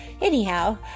anyhow